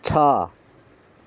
छ